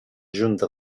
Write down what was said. junta